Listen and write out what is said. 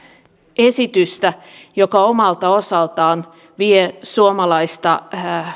esitystä joka omalta osaltaan vie suomalaista